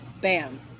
bam